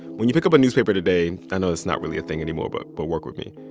when you pick up a newspaper today i know that's not really a thing anymore, but but work with me.